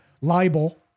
libel